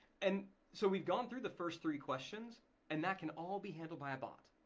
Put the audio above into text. and so we've gone through the first three questions and that can all be handled by a bot.